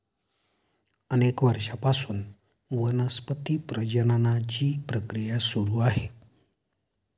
अनेक वर्षांपासून वनस्पती प्रजननाची प्रक्रिया सुरू आहे